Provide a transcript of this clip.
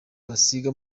basiga